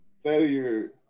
failure